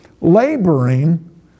laboring